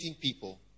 people